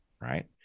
right